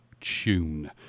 tune